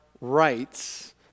rights